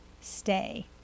stay